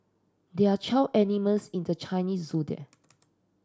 there are twelve animals in the Chinese Zodiac